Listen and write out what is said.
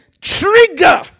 trigger